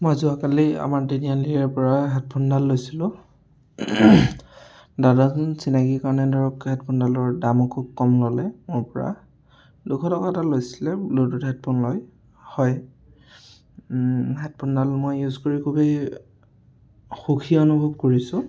মই যোৱাকালি আমাৰ তিনিআলিৰে পৰা হেডফোন এডাল লৈছিলোঁ দাদাজন চিনাকী কাৰণে ধৰক হেডফোন ডালৰ দামো খুব কম ল'লে মোৰ পৰা দুশ টকা এটা লৈছিলে ব্লোটুথ হেডফোন হয় হয় হেডফোনডাল মই ইউজ কৰি খুবেই সুখী অনুভৱ কৰিছোঁ